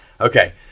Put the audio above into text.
Okay